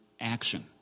action